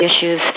issues